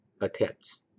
attempts